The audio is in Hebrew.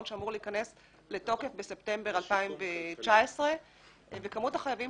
שאמור להיכנס לתוקפו בספטמבר 2019. מספר החייבים